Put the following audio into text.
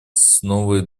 основой